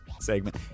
segment